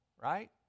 right